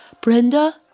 Brenda